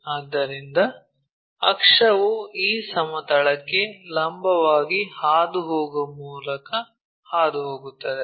ಆದ್ದರಿಂದ ಅಕ್ಷವು ಈ ಸಮತಲಕ್ಕೆ ಲಂಬವಾಗಿ ಹಾದುಹೋಗುವ ಮೂಲಕ ಹಾದುಹೋಗುತ್ತದೆ